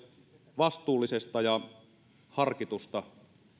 vastuullisesta ja harkitusta